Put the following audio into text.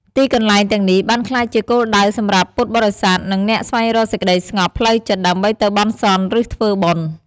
ទីកន្លែងទាំងនេះបានក្លាយជាគោលដៅសម្រាប់ពុទ្ធបរិស័ទ និងអ្នកស្វែងរកសេចក្ដីស្ងប់ផ្លូវចិត្ត ដើម្បីទៅបន់ស្រន់ ឬធ្វើបុណ្យ ។